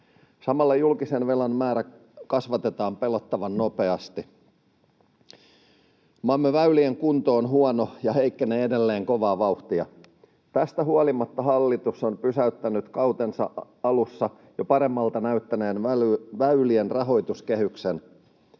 Samalla julkisen velan määrää kasvatetaan pelottavan nopeasti. Maamme väylien kunto on huono ja heikkenee edelleen kovaa vauhtia. Tästä huolimatta hallitus on pysäyttänyt kautensa alussa jo paremmalta näyttäneen väylien rahoituskehityksen.